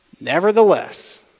nevertheless